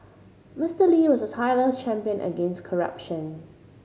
Mister Lee was a tireless champion against corruption